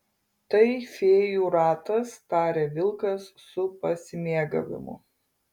tai fėjų ratas taria vilkas su pasimėgavimu